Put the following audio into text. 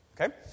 okay